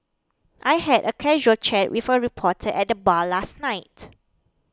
I had a casual chat with a reporter at the bar last night